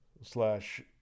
slash